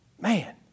Man